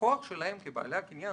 הכוח שלהם כבעלי הקניין,